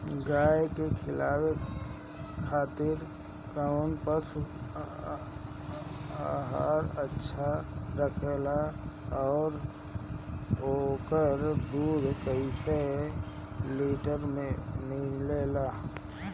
गाय के खिलावे खातिर काउन पशु आहार अच्छा रहेला और ओकर दुध कइसे लीटर मिलेला?